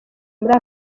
muri